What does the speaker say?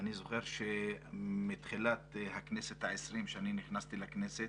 אני זוכר שמתחילת הכנסת ה-20, כשאני נכנסתי לכנסת,